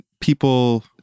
people